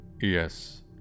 Yes